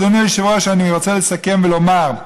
אדוני היושב-ראש, אני רוצה לסכם ולומר: